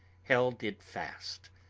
held it fast.